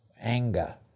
anger